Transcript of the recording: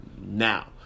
now